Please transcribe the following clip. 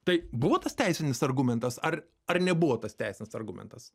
tai buvo tas teisinis argumentas ar ar nebuvo tas teisinis argumentas